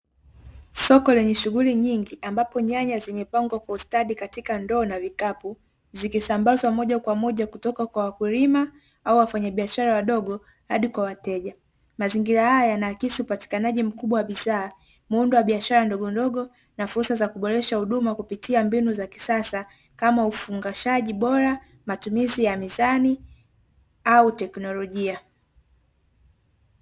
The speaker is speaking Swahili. Soko lenye shughuli nyingi ambapo nyanya zimepangwa kwa ustadi katika ndoo na vikapu, zikisambazwa moja kwa moja kutoka kwa wakulima au wafanyabiashara wadogo hadi kwa wateja. Mazingira haya yanaaksi upatikanaji mkubwa wa bidhaa, muundo wa biashara ndogondogo, na fursa za kuboresha huduma kupitia mbinu za kisasa, kama: ufungashaji bora, matumizi ya mizani au teknolojia.